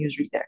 newsreader